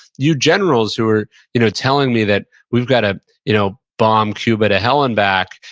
you generals who are you know telling me that we've got to you know bomb cuba to hell and back,